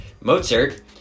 Mozart –